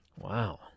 Wow